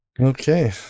Okay